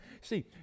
See